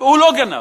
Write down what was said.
הוא לא גנב.